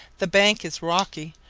the bank is rocky,